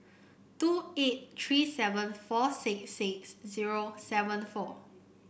two eight three seven four six six zero seven four